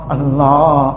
Allah